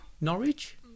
Norwich